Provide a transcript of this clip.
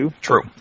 True